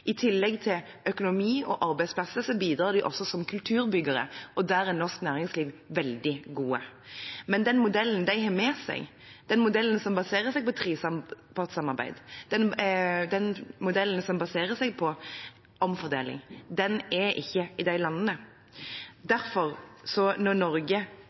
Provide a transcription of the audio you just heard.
I tillegg til økonomi og arbeidsplasser bidrar de også som kulturbyggere, og der er norsk næringsliv veldig gode. Men den modellen de har med seg, den modellen som baserer seg på trepartssamarbeid, den modellen som baserer seg på omfordeling, er ikke i disse landene. Derfor, når Norge